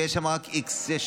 ויש שם רק x מבוטחים,